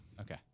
Okay